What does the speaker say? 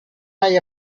mai